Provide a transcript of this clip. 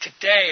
today